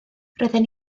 roedden